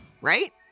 right